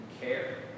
care